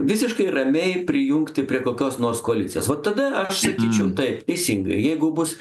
visiškai ramiai prijungti prie kokios nors koalicijos vat tada aš sakyčiau taip teisingai jeigu bus